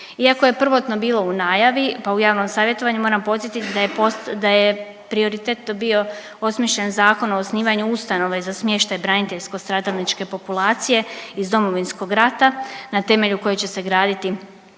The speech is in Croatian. Iako je prvotno bilo u najavi pa u javnom savjetovanju, moram podsjetiti da je, da je prioritetno bio osmišljen Zakon o osnivanju ustanove za smještaj braniteljsko-stradalničke populacije iz Domovinskog rata na temelju kojih će se graditi